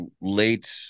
late